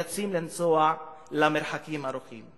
והם נאלצים לנסוע מרחקים ארוכים.